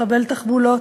לחבל תחבולות,